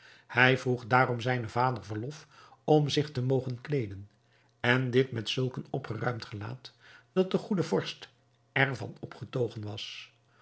hij vroeg daarom zijnen vader verlof om zich te mogen kleeden en dit met zulk een opgeruimd gelaat dat de goede vorst er van opgetogen was